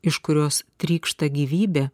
iš kurios trykšta gyvybė